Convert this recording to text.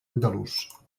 andalús